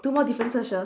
two more differences